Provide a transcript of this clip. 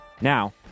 Now